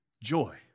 joy